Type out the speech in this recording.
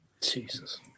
Jesus